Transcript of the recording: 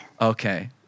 Okay